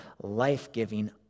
life-giving